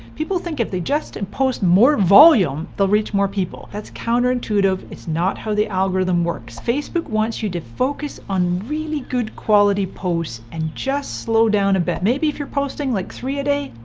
people think if they just and post more volume, they'll reach more people. that's counterintuitive. it's not how the algorithm works. facebook wants you to focus on really good quality posts and just slow down a bit. maybe if you're posting like three a day,